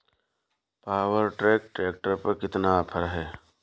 Power track tractor पर कितना offer है?